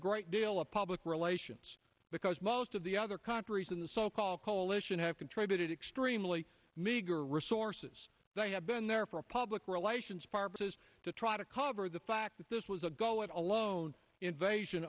a great deal of public relations because most of the other countries in the so called coalition have contributed extremely meager resources that have been there for a public relations bbses to try to cover the fact that this was a go it alone invasion